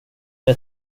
jag